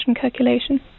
calculation